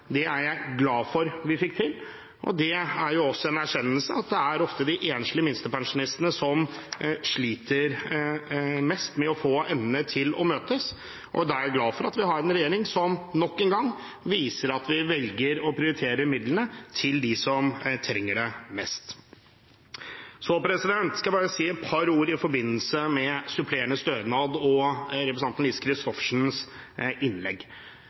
Det er jeg glad for at vi fikk til, og det er også en erkjennelse av at det er ofte de enslige minstepensjonistene som sliter mest med å få endene til å møtes. Da er jeg glad for at vi har en regjering som – nok en gang – viser at vi velger å prioritere midlene til dem som trenger det mest. Så skal jeg bare si et par ord i forbindelse med supplerende stønad og representanten Lise Christoffersens innlegg.